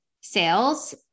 sales